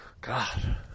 God